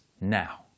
now